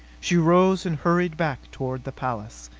she rose and hurried back toward the palace.